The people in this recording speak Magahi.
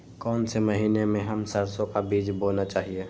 कौन से महीने में हम सरसो का बीज बोना चाहिए?